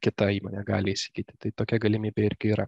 kita įmonė gali įsigyti tai tokia galimybė irgi yra